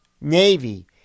Navy